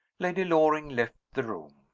lady loring left the room.